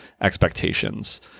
expectations